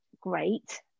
great